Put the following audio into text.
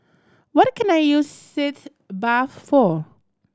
what can I use Sitz Bath for